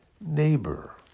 neighbor